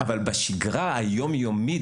אבל בשגרה היום-יומית,